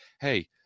hey